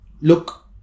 look